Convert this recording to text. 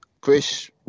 Chris